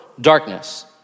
darkness